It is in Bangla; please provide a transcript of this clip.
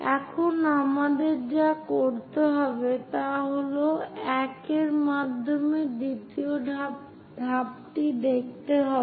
এখন আমাদের যা করতে হবে তা হল 1 এর মাধ্যমে দ্বিতীয় ধাপটি দেখতে হবে